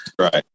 right